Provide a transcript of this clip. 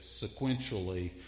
sequentially